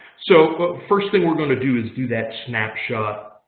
so first thing we're going to do is do that snapshot.